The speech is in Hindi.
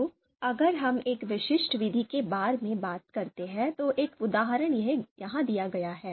तो अगर हम एक विशिष्ट विधि के बारे में बात करते हैं तो एक उदाहरण यहां दिया गया है